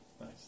Nice